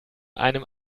einem